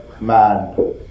man